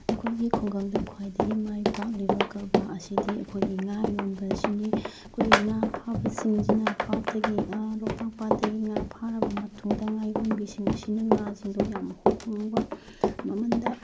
ꯑꯩꯈꯣꯏꯒꯤ ꯈꯨꯡꯒꯪꯗ ꯈ꯭ꯋꯥꯏꯗꯒꯤ ꯃꯥꯏ ꯄꯥꯛꯂꯤꯕ ꯀꯔꯕꯥꯔ ꯑꯁꯤꯗꯤ ꯑꯩꯈꯣꯏꯒꯤ ꯉꯥ ꯌꯣꯟꯕꯁꯤꯅꯤ ꯑꯩꯈꯣꯏꯒꯤ ꯉꯥ ꯐꯥꯕꯁꯤꯡꯁꯤꯅ ꯄꯥꯠꯇꯒꯤ ꯂꯣꯛꯇꯥꯛ ꯄꯥꯠꯇꯒꯤ ꯉꯥ ꯐꯥꯔꯕ ꯃꯇꯨꯡꯗ ꯉꯥꯌꯣꯟꯕꯤꯁꯤꯡ ꯑꯁꯤꯅ ꯉꯥ ꯁꯤꯡꯗꯣ ꯌꯥꯝ ꯍꯣꯡ ꯍꯣꯡꯕ ꯃꯃꯜꯗ